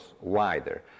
wider